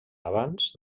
abans